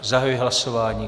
Zahajuji hlasování.